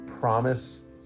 promise